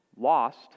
lost